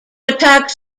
attack